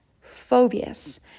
phobias